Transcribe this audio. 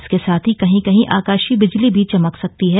इसके साथ ही कहीं कहीं आकाशीय बिजली भी चमक सकती है